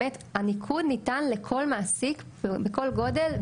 באמת הניקוד ניתן לכל מעסיק בכל גודל,